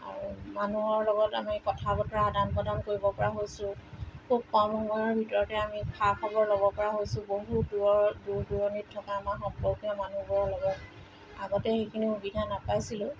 আৰু মানুহৰ লগত আমি কথা বতৰা আদান প্ৰদান কৰিব পৰা হৈছোঁ খুব কম সময়ৰ ভিতৰতে আমি খা খবৰ ল'ব পৰা হৈছোঁ বহু দূৰৰ দূৰ দূৰণিত থকা আমাৰ সম্পৰ্কীয় মানুহবোৰৰ লগত আগতে সেইখিনি সুবিধা নাপাইছিলোঁ